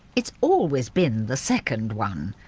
it's always been the second one.